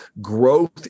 growth